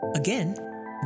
Again